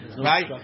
Right